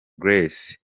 grace